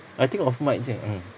I think off mic jer mm